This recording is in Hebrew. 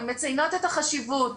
הן מציינות את החשיבות,